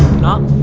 not